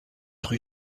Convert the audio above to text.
rue